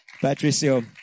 Patricio